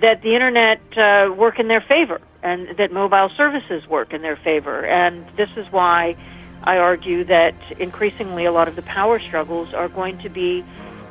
that the internet work in their favour and that mobile services work in their favour. and this is why i argued that increasingly a lot of the power struggles are going to be